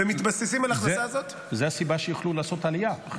זו הסיבה שבכלל יכלו לעשות עלייה.